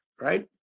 right